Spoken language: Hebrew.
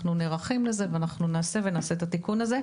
אנחנו נערכים לזה ואנחנו נעשה את התיקון הזה.